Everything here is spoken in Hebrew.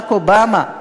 ברק אובמה,